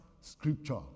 scripture